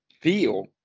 feel